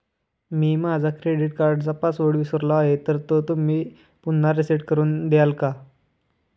मी माझा क्रेडिट कार्डचा पासवर्ड विसरलो आहे तर तुम्ही तो पुन्हा रीसेट करून द्याल का?